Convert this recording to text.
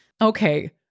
Okay